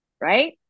Right